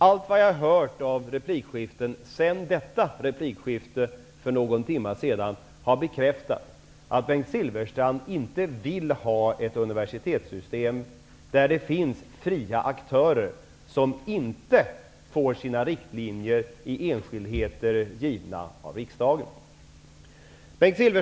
Allt vad vi har hört av replikskiften sedan detta replikskifte för någon timma sedan har bekräftat att Bengt Silfverstrand inte vill ha ett universitetssystem där det finns fria aktörer som inte får sina riktlinjer i enskildheter givna av riksdagen. Herr talman!